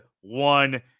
one